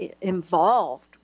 involved